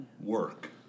Work